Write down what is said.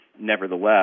nevertheless